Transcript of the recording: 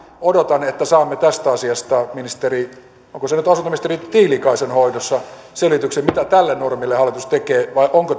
odotan että saamme tästä asiasta ministerin onko se nyt asuntoministeri tiilikaisen hoidossa selityksen mitä tälle normille hallitus tekee vai onko